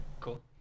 Cool